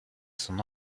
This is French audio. son